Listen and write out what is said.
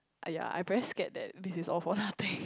ah yea I'm very scared that this is all for nothing